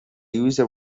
user